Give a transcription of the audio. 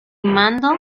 mando